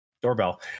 doorbell